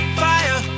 fire